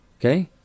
okay